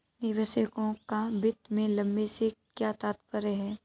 निवेशकों का वित्त में लंबे से क्या तात्पर्य है?